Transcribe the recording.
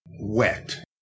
wet